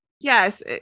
Yes